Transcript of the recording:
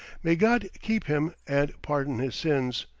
may god keep him and pardon his sins,